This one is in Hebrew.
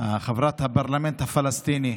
חברת הפרלמנטר הפלסטיני